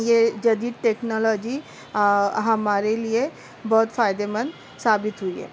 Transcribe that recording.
یہ جدید ٹکنالوجی ہمارے لیے بہت فائدے مند ثابت ہوئی ہے